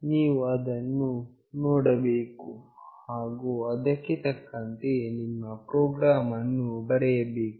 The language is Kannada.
ನೀವು ಅದನ್ನು ನೋಡಬೇಕು ಹಾಗು ಅದಕ್ಕೆ ತಕ್ಕಂತೆ ನಿಮ್ಮ ಪ್ರೊಗ್ರಾಮ್ ಅನ್ನು ಬರೆಯಬೇಕು